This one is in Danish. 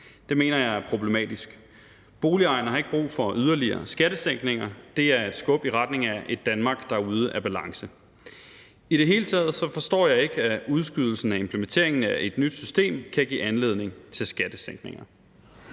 Det mener jeg er problematisk. Boligejerne har ikke brug for yderligere skattesænkninger. Det er et skub i retning af et Danmark, der er ude af balance. I det hele taget forstår jeg ikke, at udskydelsen af implementeringen af et nyt system kan give anledning til skattesænkninger.